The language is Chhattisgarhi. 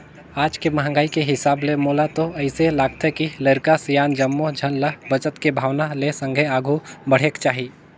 आज के महंगाई के हिसाब ले मोला तो अइसे लागथे के लरिका, सियान जम्मो झन ल बचत के भावना ले संघे आघु बढ़ेक चाही